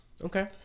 Okay